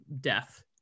death